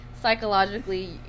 psychologically